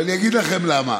ואני אגיד לכם למה.